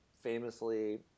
famously